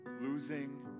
losing